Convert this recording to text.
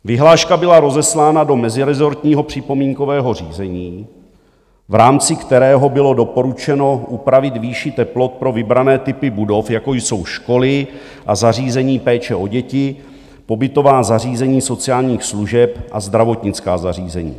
Vyhláška byla rozeslána do mezirezortního připomínkového řízení, v rámci kterého bylo doporučeno upravit výši teplot pro vybrané typy budov, jako jsou školy a zařízení péče o děti, pobytová zařízení sociálních služeb a zdravotnická zařízení.